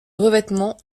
revêtement